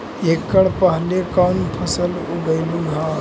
एकड़ पहले कौन फसल उगएलू हा?